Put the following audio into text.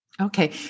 Okay